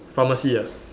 pharmacy ah